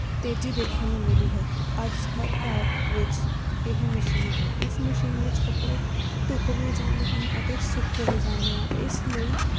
ਤੇਜ਼ੀ ਦੇਖਣ ਨੂੰ ਮਿਲੀ ਹੈ ਕਿ ਅੱਜ ਹਰ ਘਰ ਵਿੱਚ ਇਹ ਮਸ਼ੀਨ ਹੈ ਇਸ ਮਸ਼ੀਨ ਵਿੱਚ ਕੱਪੜੇ ਧੁੱਬ ਵੀ ਜਾਂਦੇ ਹਨ ਅਤੇ ਸੁੱਕ ਵੀ ਜਾਂਦੇ ਹਨ ਇਸ ਲਈ